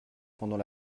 pendant